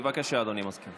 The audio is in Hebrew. בבקשה, אדוני המזכיר.